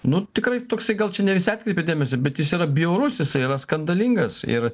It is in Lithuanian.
nu tikrai toksai gal čia ne visi atkreipė dėmesį bet jis yra bjaurus jisai yra skandalingas ir